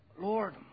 Lord